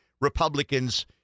Republicans